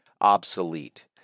obsolete